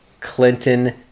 Clinton